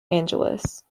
angeles